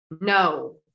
No